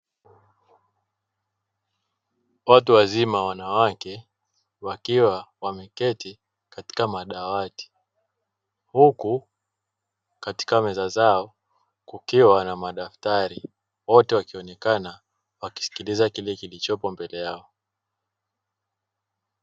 Watu wazima wanawake wakiwa wameketi katika madawati huku katika meza zao kukiwa na madaftari, wote wakionekana wakisikiliza kile kilichopo mbele yao.